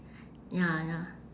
ya ya